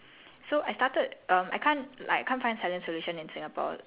so it's actually a really good like toner kind of thing to apply beforehand